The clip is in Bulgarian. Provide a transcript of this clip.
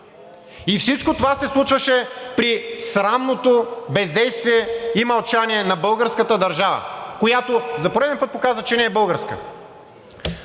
И всичко това се случваше при срамното бездействие и мълчание на българската държава, която за пореден път показа, че не е българска.